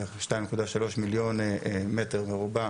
כ- 2.3 מיליון מ"ר.